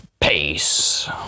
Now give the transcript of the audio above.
Peace